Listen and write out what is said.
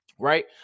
Right